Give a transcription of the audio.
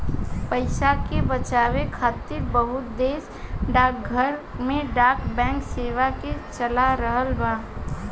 पइसा के बचावे खातिर बहुत देश डाकघर में डाक बैंक सेवा के चला रहल बा